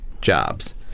jobs